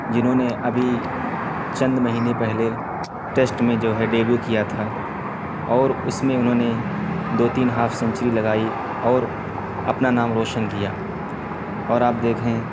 جنہوں نے ابھی چند مہینے پہلے ٹیسٹ میں جو ہے ڈیبو کیا تھا اور اس میں انہوں نے دو تین ہاف سینچری لگائی اور اپنا نام روشن کیا اور آپ دیکھیں